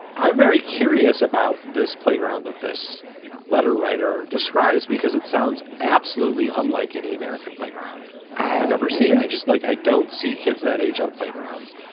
very curious about this playground that this letter writer describes. because it sounds absolutely unlike any american playground i've never seen. i just like i don't see kids that age on playgrounds.